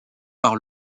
par